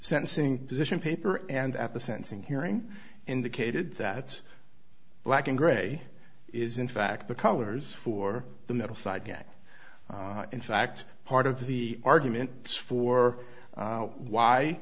sentencing position paper and at the sentencing hearing indicated that black and gray is in fact the colors for the metal side yet in fact part of the argument for